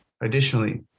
Additionally